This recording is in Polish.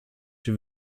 czy